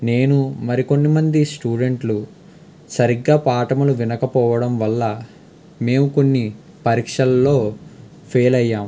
నేను మరి కొంత మంది స్టూడెంట్లు సరిగ్గా పాఠములు వినకపోవడం వల్ల మేము కొన్ని పరీక్షల్లో ఫెయిల్ అయ్యాం